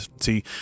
See